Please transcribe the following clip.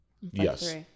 yes